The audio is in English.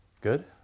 Good